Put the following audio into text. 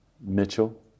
Mitchell